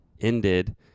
ended